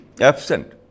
absent